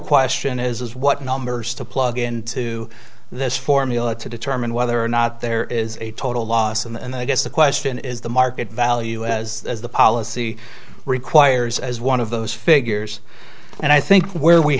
question is what numbers to plug into this formula to determine whether or not there is a total loss and i guess the question is the market value as the policy requires as one of those figures and i think where we